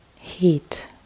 heat